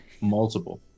multiple